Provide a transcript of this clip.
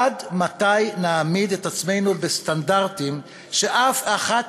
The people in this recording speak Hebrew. עד מתי נעמיד את עצמנו בסטנדרטים שאף אחת